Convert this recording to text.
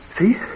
See